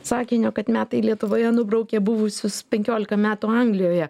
sakinio kad metai lietuvoje nubraukė buvusius penkiolika metų anglijoje